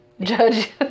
judge